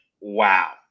wow